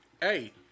Hey